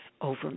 over